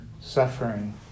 suffering